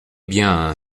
bien